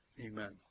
amen